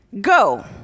go